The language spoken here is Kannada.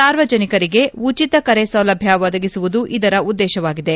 ಸಾರ್ವಜನಿಕರಿಗೆ ಉಚಿತ ಕರೆ ಸೌಲಭ್ಞ ಒದಗಿಸುವುದು ಇದರ ಉದ್ದೇಶವಾಗಿದೆ